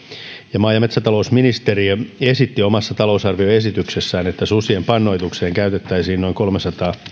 maa ja metsätalousministeriö esitti omassa talousarvioesityksessään että susien pannoitukseen käytettäisiin